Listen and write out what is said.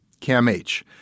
CAMH